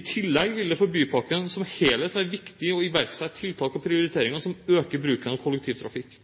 I tillegg vil det for bypakken som helhet være viktig å iverksette tiltak og prioriteringer som øker bruken av kollektivtrafikk.